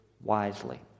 wisely